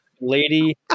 Lady